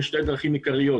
בשתי דרכים עיקריות,